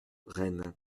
rennes